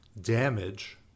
damage